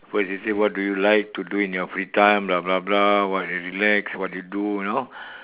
first to say what do you like to do in your free time what you relax what you do you know